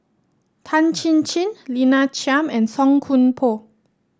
Tan Chin Chin Lina Chiam and Song Koon Poh